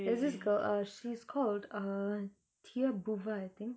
there's this girl uh she's called uh tia bhuva I think